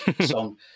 song